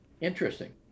Interesting